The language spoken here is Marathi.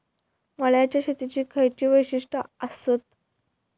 मळ्याच्या शेतीची खयची वैशिष्ठ आसत?